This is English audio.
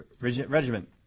Regiment